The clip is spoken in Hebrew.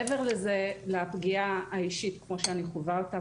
מעבר לפגיעה האישית כמו שאני חווה אותה,